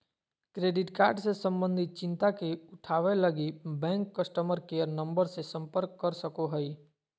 credit card से संबंधित चिंता के उठावैय लगी, बैंक कस्टमर केयर नम्बर से संपर्क कर सको हइ